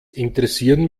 interessieren